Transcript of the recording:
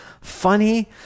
funny